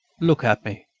look at me.